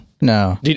no